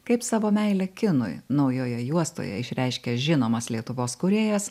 kaip savo meilę kinui naujoje juostoje išreiškia žinomas lietuvos kūrėjas